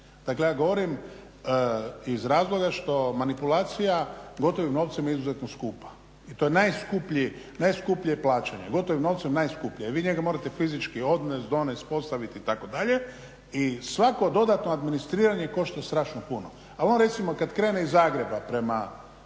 Dakle, ja govorim iz razloga što manipulacija gotovim novcem je izuzetno skupa i to je najskuplje plaćanje, gotovim novcem je najskuplje jer vi njega morate fizički odnesti, donijeti, postaviti itd.. I svako dodatno administriranje košta strašno puno. A on recimo kada krene iz Zagreba prema